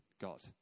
God